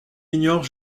ignore